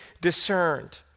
discerned